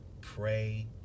pray